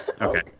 Okay